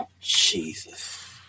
Jesus